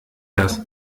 das